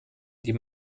die